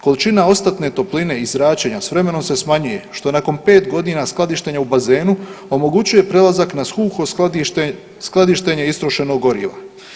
Količina ostatne topline iz zračenja s vremenom se smanjuje, što nakon 5 godina skladištenja u bazenu omogućuje prelazak na suho skladištenje istrošenog goriva.